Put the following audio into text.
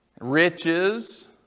Riches